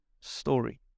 story